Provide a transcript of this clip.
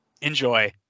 Enjoy